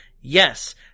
yes –